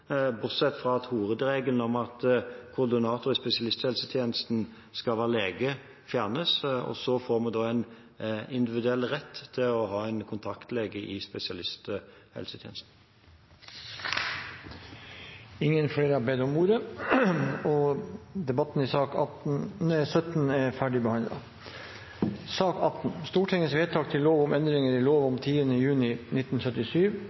bortsett fra at hovedregelen om at koordinator i spesialisthelsetjenesten skal være lege, fjernes, og så får man da en individuell rett til å ha en kontaktlege i spesialisthelsetjenesten. Flere har ikke bedt om ordet til sak nr. 17. Ingen har bedt om ordet. Da er vi klare til å gå til votering. Under debatten har Åsmund Aukrust satt fram i